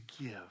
give